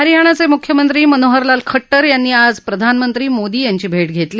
हरियाणाचे मुख्यमंत्री मनोहरलाल खड्टर यांनी आज प्रधानमंत्री नरेंद्र मोदी यांची भेट घेतली